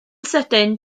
sydyn